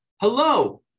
Hello